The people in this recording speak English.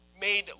made